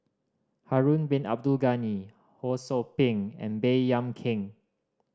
Harun Bin Abdul Ghani Ho Sou Ping and Baey Yam Keng